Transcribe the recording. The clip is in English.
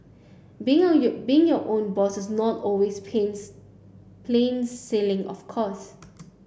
being on you being your own boss is not always pains plain sailing of course